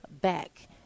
back